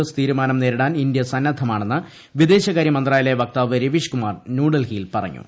S തീരുമാനം നേരിടാൻ India സന്നദ്ധമാണെന്ന് വിദേശകാര്യ മന്ത്രാലയ വക്താവ് രവീഷ്കുമാർ ന്യൂഡൽഹിയിൽ പറഞ്ഞു